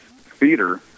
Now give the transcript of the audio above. theater